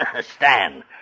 Stand